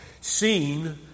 seen